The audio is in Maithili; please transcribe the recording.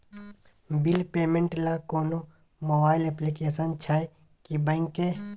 बिल पेमेंट ल कोनो मोबाइल एप्लीकेशन छै की बैंक के?